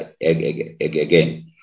again